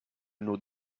nos